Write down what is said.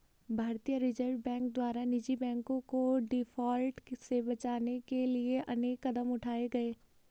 भारतीय Reserve Bank द्वारा निजी बैंकों को डिफॉल्ट से बचाने के लिए अनेक कदम उठाए गए